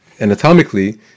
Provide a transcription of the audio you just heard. anatomically